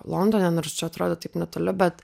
londone nors čia atrodo taip netoli bet